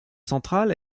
central